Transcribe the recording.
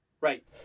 Right